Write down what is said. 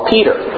Peter